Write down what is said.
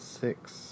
Six